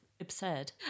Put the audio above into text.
absurd